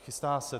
Chystá se.